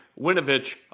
Winovich